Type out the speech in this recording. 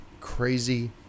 crazy